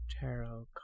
tarot